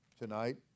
tonight